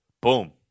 Boom